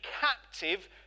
captive